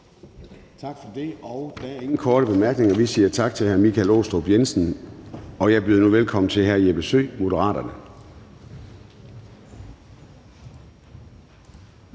Tak for det. Der er ingen korte bemærkninger. Vi siger tak til fru Eva Kjer Hansen. Jeg giver nu ordet til hr. Jeppe Søe, Moderaterne.